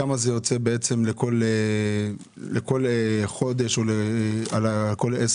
כמה זה יוצא בעצם לכל חודש על כל 10